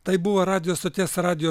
tai buvo radijo stoties radijo